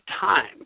time